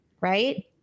Right